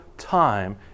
time